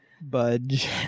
budge